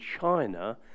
China